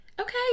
Okay